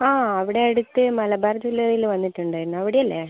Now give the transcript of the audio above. ആ അവിടെ അടുത്ത് മലബാർ ജ്വല്ലറിയിൽ വന്നിട്ടുണ്ടായിരുന്നു അവിടെ അല്ലേ